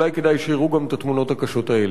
אולי כדאי שיראו גם את התמונות הקשות האלה.